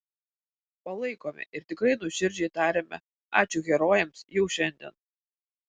palaikome ir tikrai nuoširdžiai tariame ačiū herojams jau šiandien